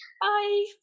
bye